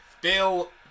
Bill